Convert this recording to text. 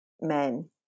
men